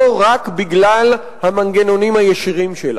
והיא הצעת חוק אנטי-דמוקרטית לא רק בגלל המנגנונים הישירים שלה.